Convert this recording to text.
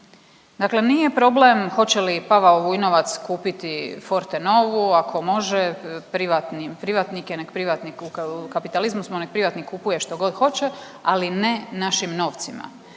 Dakle, nije problem hoće li Pavao Vujnovac kupiti Fortenovu ako može, privatnik je nek privatnik u kapitalizmu smo nek privatnik kupuje što god hoće, ali ne našim novcima.